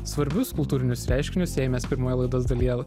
svarbius kultūrinius reiškinius jei mes pirmoje laidos dalyje